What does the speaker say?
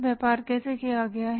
व्यापार कैसे किया है